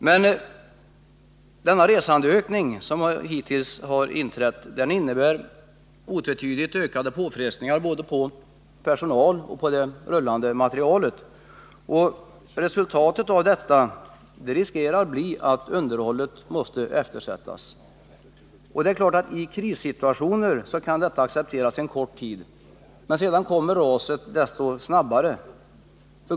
Men den hittillsvarande resandeökningen innebär otvetydigt ökade påfrestningar både på personalen och på den rullande materielen. Risken är att resultatet härav blir att underhållet måste eftersättas. I en krissituation kan detta accepteras under en kort tid, men sedan kommer raset desto snabbare.